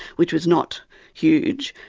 which was not huge.